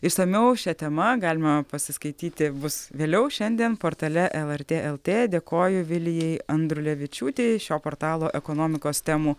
išsamiau šia tema galima pasiskaityti bus vėliau šiandien portale lrt lt dėkoju vilijai andrulevičiūtei šio portalo ekonomikos temų